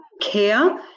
care